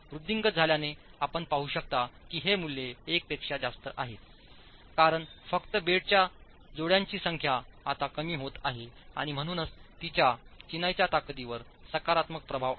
वृद्धिंगत झाल्याने आपण पाहू शकता की ही मूल्ये 1 पेक्षा जास्त आहेत कारण फक्त बेडच्या जोड्यांची संख्या आता कमी होत आहे आणि म्हणूनच तिचा चिनाईच्या ताकदीवर सकारात्मक प्रभाव आहे